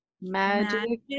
magic